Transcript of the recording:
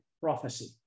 prophecy